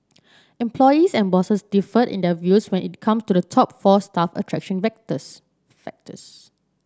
employees and bosses differed in their views when it come to the top four staff attraction factors factors